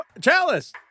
Chalice